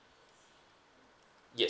yes